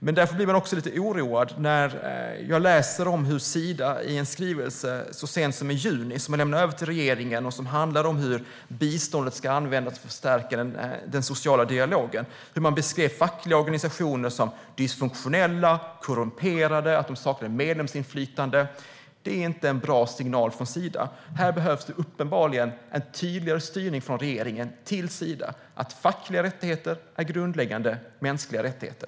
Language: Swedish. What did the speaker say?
Men jag blir lite oroad när Sida i en skrivelse från juni, som har lämnats över till regeringen och som handlar om hur biståndet ska användas för att stärka den sociala dialogen, beskriver fackliga organisationer som dysfunktionella, korrumperade och i avsaknad av medlemsinflytande. Det är inte en bra signal från Sida. Här behövs uppenbarligen en tydligare styrning från regeringen till Sida vad gäller att fackliga rättigheter är grundläggande mänskliga rättigheter.